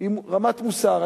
ועם רמת מוסר.